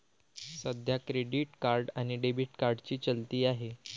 सध्या credit card आणि debit कार्डची चलती आहे